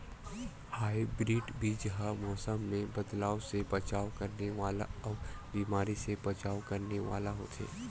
hybrid बीज हा मौसम मे बदलाव से बचाव करने वाला अउ बीमारी से बचाव करने वाला होथे